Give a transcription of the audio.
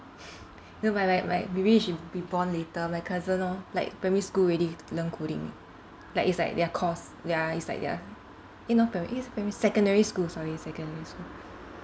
not but but but maybe you should be born later my cousin all like primary school already learn coding like it's like their course ya it's like their eh not primary secondary school sorry secondary school